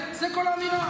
זאת כל האמירה.